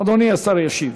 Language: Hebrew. אדוני השר ישיב.